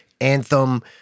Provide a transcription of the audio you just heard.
Anthem